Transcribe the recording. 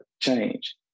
change